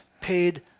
paid